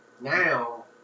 now